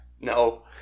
No